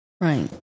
Right